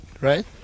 right